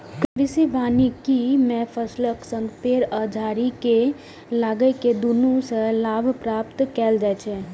कृषि वानिकी मे फसलक संग पेड़ आ झाड़ी कें लगाके दुनू सं लाभ प्राप्त कैल जाइ छै